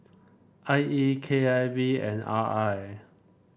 I E K I V and R I